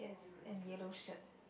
and yellow shirt